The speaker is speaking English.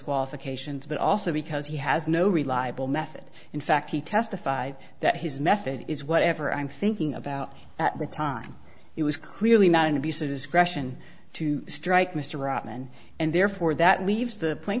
qualifications but also because he has no reliable method in fact he testified that his method is whatever i'm thinking about at the time it was clearly not an abuse of discretion to strike mr rahman and therefore that leaves the pla